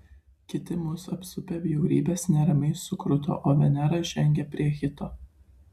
kiti mus apsupę bjaurybės neramiai sukruto o venera žengė prie hito